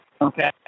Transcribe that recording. Okay